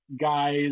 guys